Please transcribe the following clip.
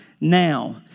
now